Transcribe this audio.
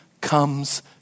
comes